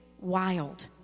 wild